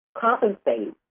compensate